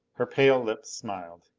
her pale lips smiled.